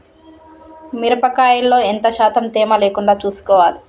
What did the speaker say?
మిరప కాయల్లో ఎంత శాతం తేమ లేకుండా చూసుకోవాలి?